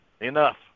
enough